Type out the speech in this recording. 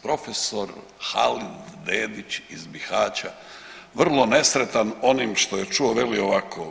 Prof. Halid Bebić iz Bihaća vrlo nesretan onim što je čuo veli ovako.